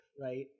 right